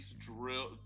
drill